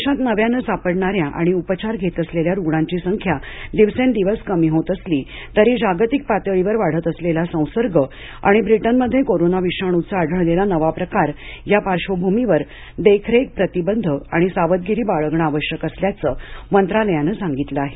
देशात नव्यानं सापडणाऱ्या आणि उपचार घेत असलेल्या रुग्णांची संख्या दिवसेंदिवस कमी होत असली तरी जागतिक पातळीवर वाढत असलेला संसर्ग आणि ब्रिटनमध्ये कोरोना विषाणूचा आढळलेला नवा प्रकार या पार्श्वभूमीवर देखरेख प्रतिबंध आणि सावधगिरी बाळगणं आवश्यक असल्याचं मंत्रालयानं सांगितलं आहे